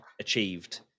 achieved